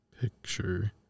picture